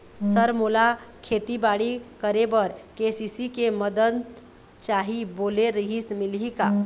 Sir मोला खेतीबाड़ी करेबर के.सी.सी के मंदत चाही बोले रीहिस मिलही का?